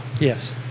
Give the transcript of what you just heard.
Yes